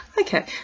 okay